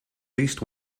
least